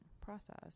process